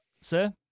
sir